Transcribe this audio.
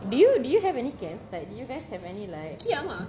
do you do you have any camps like do you guys have any like